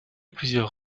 plusieurs